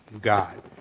God